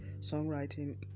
songwriting